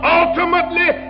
ultimately